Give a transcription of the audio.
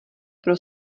pro